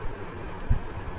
polariser क्या है